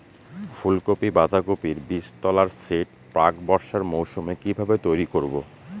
ফুলকপি বাধাকপির বীজতলার সেট প্রাক বর্ষার মৌসুমে কিভাবে তৈরি করব?